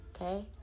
okay